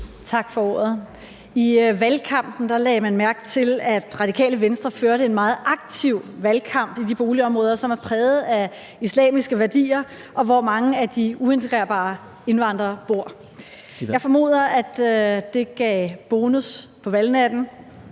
Tak for ordet. I valgkampen lagde man mærke til, at Radikale Venstre førte en meget aktiv valgkamp i de boligområder, som er præget af islamiske værdier, og hvor mange af de uintegrerbare indvandrere bor. Jeg formoder, at det gav bonus på valgnatten,